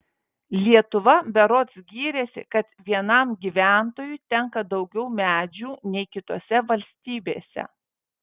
lietuva berods gyrėsi kad vienam gyventojui tenka daugiau medžių nei kitose valstybėse